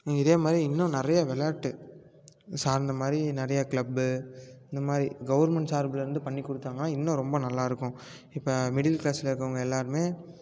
இதே மாதிரி இன்னும் நிறைய விளையாட்டு சார்ந்த மாதிரி நிறைய க்ளப்பு இந்த மாதிரி கவுர்மெண்ட் சார்பில் இருந்து பண்ணி கொடுத்தாங்கனா இன்னும் ரொம்ப நல்லாயிருக்கும் இப்போ மிடில் க்ளாஸில் இருக்கறவுங்க எல்லோருமே